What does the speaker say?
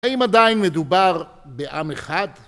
האם עדיין מדובר בעם אחד?